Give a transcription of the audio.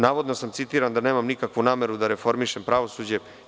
Navodno sam citiran da nemam nikakvu nameru da reformišem pravosuđe.